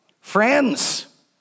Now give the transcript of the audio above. Friends